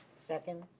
second.